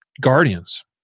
guardians